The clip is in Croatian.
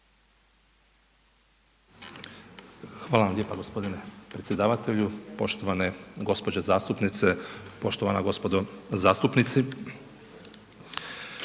Hvala vam lijepa gospodine predsjedavatelju. Poštovane gospođe zastupnice, poštovana gospodo zastupnici